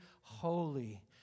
holy